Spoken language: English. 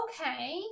okay